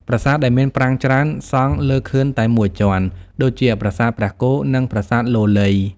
ប្រាសាទដែលមានប្រាង្គច្រើន សង់លើខឿនតែមួយជាន់ ដូចជាប្រាសាទព្រះគោ និងប្រាសាទលលៃ។